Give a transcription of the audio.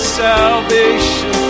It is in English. salvation